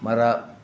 ಮರ